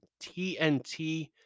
TNT